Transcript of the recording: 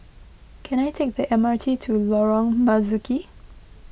can I take the M R T to Lorong Marzuki